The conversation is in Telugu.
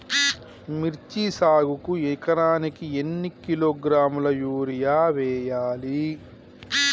మిర్చి సాగుకు ఎకరానికి ఎన్ని కిలోగ్రాముల యూరియా వేయాలి?